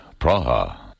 Praha. (